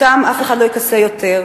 אותם אף אחד לא יכסה יותר,